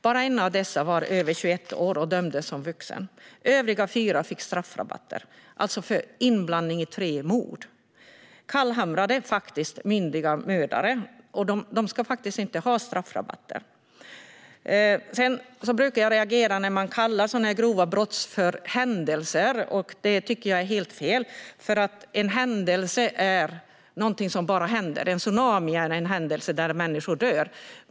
Bara en av dessa var över 21 år och dömdes som vuxen. Övriga fyra fick straffrabatter - för inblandning i tre mord. De är faktiskt kallhamrade, myndiga mördare. De ska inte ha straffrabatter. Jag brukar reagera när man kallar sådana grova brott för händelser. Det är helt fel. En händelse är något som bara händer. En tsunami är en händelse där människor dör.